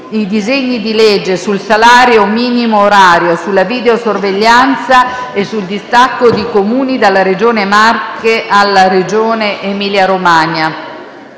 i disegni di legge sul salario minimo orario, sulla videosorveglianza e sul distacco di Comuni dalla Regione Marche alla Regione Emilia-Romagna.